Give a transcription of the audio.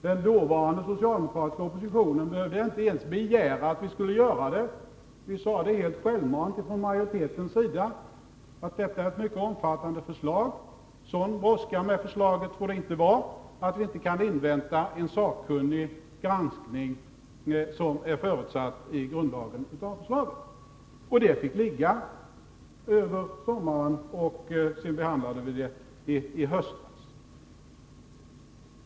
Den dåvarande socialdemokratiska oppositionen behövde inte ens begära att vi skulle göra det, utan vi sade helt självmant från majoritetens sida att detta var ett mycket omfattande förslag, och sådan brådska med förslaget får det inte vara att vi inte kan invänta en sådan sakkunnig granskning av förslaget som är förutsatt i grundlagen. Förslaget fick ligga över sommaren, och sedan behandlade vi det i höstas.